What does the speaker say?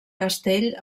castell